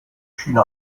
china